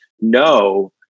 no